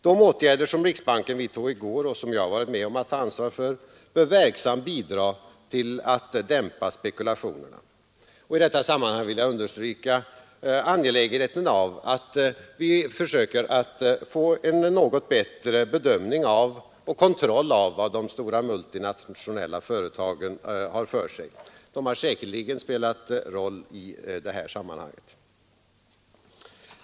De åtgärder som riksbanken vidtog i går och som jag varit med om att ta ansvar för bör verksamt bidra till att dämpa spekulationerna. I detta sammanhang vill jag understryka angelägenheten av att vi försöker att få en något bättre bedömning och kontroll av vad de stora multinationella företagen har för sig. De har säkerligen spelat en roll i detta sammanhang.